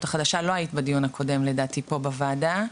החדשה לדעתי לא היית בדיון הקודם פה בוועדה.